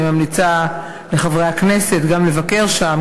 אני ממליצה לחברי הכנסת גם לבקר שם,